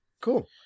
Cool